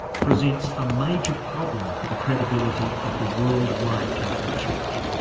presents a major problem for the credibility of the worldwide catholic church.